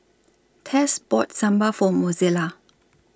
Tess bought Sambal For Mozella